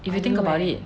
if you think about it